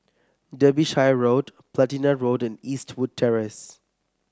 Derbyshire Road Platina Road and Eastwood Terrace